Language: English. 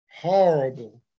horrible